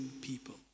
people